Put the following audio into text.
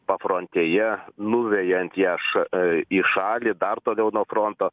pafrontėje nuvejant ją ša a į šalį dar toliau nuo fronto